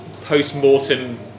post-mortem